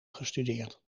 gestudeerd